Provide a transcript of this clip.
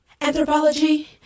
Anthropology